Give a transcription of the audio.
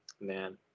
man